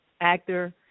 actor